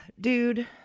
Dude